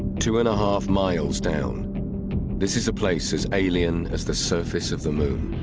two and a half miles down this is a place as alien as the surface of the moon.